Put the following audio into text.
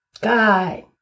God